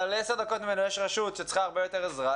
אבל עשר דקות ממנו יש רשות שצריכה הרבה יותר עזרה,